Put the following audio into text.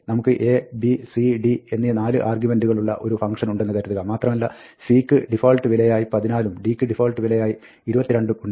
നമുക്ക് a b c d എന്നീ 4 ആർഗ്യുമെന്റുകളുള്ള ഒരു ഫംഗ്ഷൻ ഉണ്ടെന്ന് കരുതുക മാത്രമല്ല c ക്ക് ഡിഫാൾട്ട് വിലയായി 14 ഉം d ക്ക് ഡിഫാൾട്ട് വിലയായി 22 ഉം ഉണ്ട്